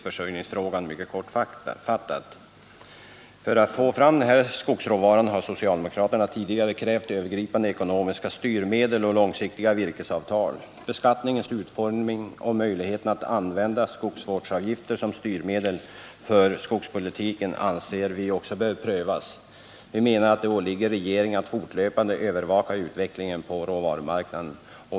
För att få fram skogsråvara har socialdemokraterna tidigare krävt övergripande ekonomiska styrmedel och långsiktiga virkesavtal. Beskattningens utformning och möjligheten att använda skogsvårdsavgifter som styrmedel för skogspolitiken anser vi också bör prövas. Vi menar att det åligger regeringen att fortlöpande övervaka utvecklingen på råvarumarknaden.